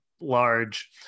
large